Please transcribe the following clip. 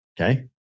Okay